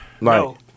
No